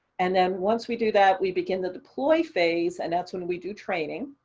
and then once we do that, we begin the deploy phase, and that's when we do training.